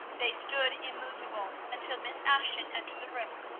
they stood immovable until miss ashton entered the room,